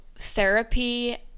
therapy